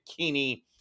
Bikini